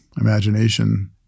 imagination